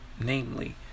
namely